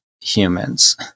humans